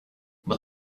but